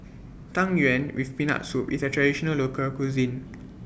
Tang Yuen with Peanut Soup IS A Traditional Local Cuisine